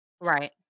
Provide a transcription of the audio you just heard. right